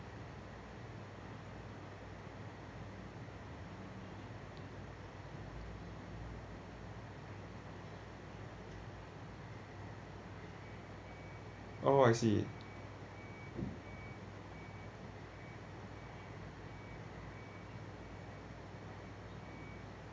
oh I see